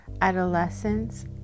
adolescents